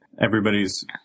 everybody's